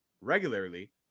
regularly